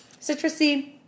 citrusy